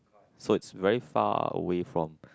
so it's very far away from